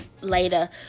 later